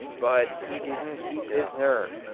but he didn't keep his nerve.